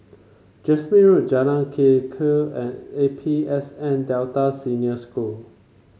Jasmine Road Jalan Lekub and A P S N Delta Senior School